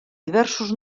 diversos